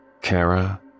Kara